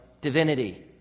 divinity